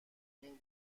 این